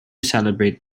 celebrate